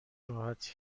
راحتی